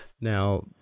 Now